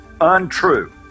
untrue